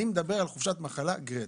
אני מדבר על חופשת מחלה גרידא.